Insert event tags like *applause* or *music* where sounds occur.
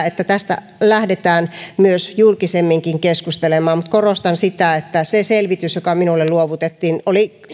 *unintelligible* että tästä lähdetään myös julkisemminkin keskustelemaan mutta korostan sitä että se selvitys joka minulle luovutettiin oli